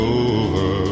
over